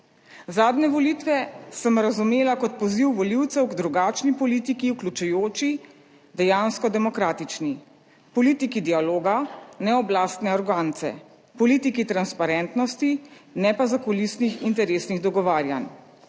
Zadnje volitve sem razumela kot poziv volivcev k drugačni politiki, vključujoči, dejansko demokratični. Politiki dialoga, ne oblastne arogance. Politiki transparentnosti, ne pa zakulisnih interesnih dogovarjanj.